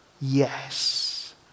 yes